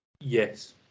Yes